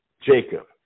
Jacob